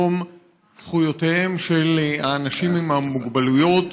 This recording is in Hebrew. יום זכויותיהם של האנשים עם המוגבלויות.